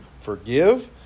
forgive